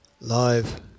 Live